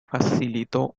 facilitó